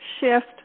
shift